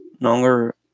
longer